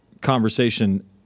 conversation